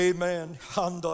Amen